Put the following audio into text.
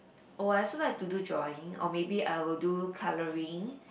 oh I also like to do drawing or maybe I will do coloring